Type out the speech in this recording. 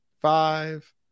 five